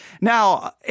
Now